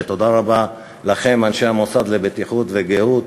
ותודה רבה לכם, אנשי המוסד לבטיחות ולגהות,